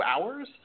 hours